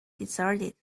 deserted